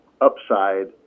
upside